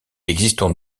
existe